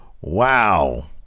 Wow